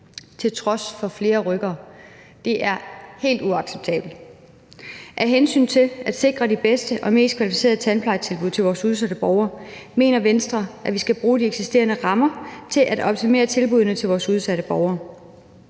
til trods for flere rykkere. Det er helt uacceptabelt. Af hensyn til at sikre de bedste og mest kvalificerede tandplejetilbud til vores udsatte borgere mener Venstre, at vi skal bruge de eksisterende rammer til at optimere tilbuddene til vores udsatte borgere.